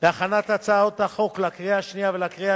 בהכנת הצעת החוק לקריאה השנייה ולקריאה